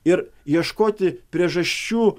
ir ieškoti priežasčių